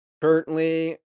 currently